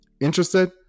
Interested